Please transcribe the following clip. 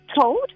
told